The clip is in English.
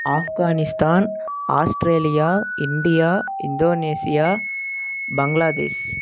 Afghanistan Australia India Indonesia Bangladesh